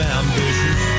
ambitious